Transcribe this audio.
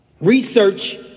research